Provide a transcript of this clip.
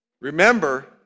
Remember